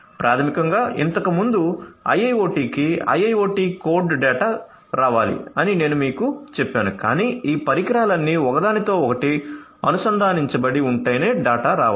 ప్రాథమికంగా ఇంతకుముందు IIoT కి IIoT కోడ్ డేటా రావాలి అని నేను మీకు చెప్పాను కాని ఈ పరికరాలన్నీ ఒకదానితో ఒకటి అనుసంధానించబడి ఉంటేనే డేటా రావాలి